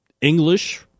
English